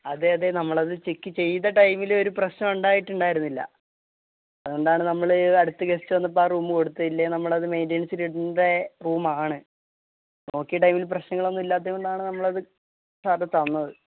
അതെ അതെ നമ്മളത് ചെക്ക് ചെയ്ത ടൈമില് ഒരു പ്രശ്നവും ഉണ്ടായിട്ടുണ്ടായിരുന്നില്ല അതുകൊണ്ടാണ് നമ്മള് അടുത്ത ഗെസ്റ്റ് വന്നപ്പോള് ആ റൂം കൊടുത്തത് ഇല്ലെങ്കില് നമ്മളത് മെയിന്റെനന്സിലിടേണ്ട റൂമാണ് നോക്കിയ ടൈമില് പ്രശ്നങ്ങളൊന്നും ഇല്ലാത്തതുകൊണ്ടാണ് നമ്മളത് സാറിനു തന്നത്